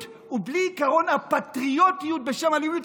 ובלי עקרון הפטריוטיות בשם הלאומיות,